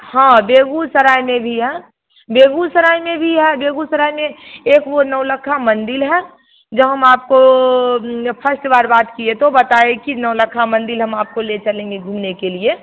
हाँ बेगूसराय में भी है बेगूसराय में भी है बेगूसराय में एक वह नौलक्खा मंदिर है जब हम आपको फर्स्ट बार बात किए तो बताए कि नौलखा मंदिर हम आपको ले चलेंगे घूमने के लिए